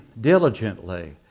diligently